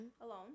Alone